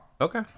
okay